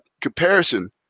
comparison